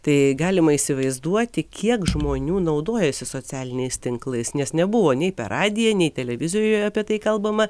tai galima įsivaizduoti kiek žmonių naudojasi socialiniais tinklais nes nebuvo nei per radiją nei televizijoje apie tai kalbama